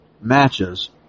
matches